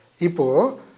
Ipo